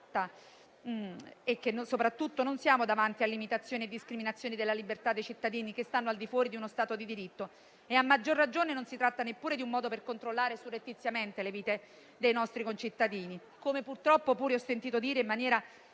del fatto che non si tratta di limitazioni e di discriminazioni della libertà dei cittadini al di fuori di uno Stato di diritto e, a maggior ragione, che non si tratta neppure di un modo per controllare surrettiziamente le vite dei nostri concittadini, come purtroppo pure ho sentito dire in maniera